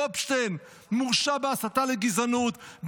גופשטיין מורשע בהסתה לגזענות,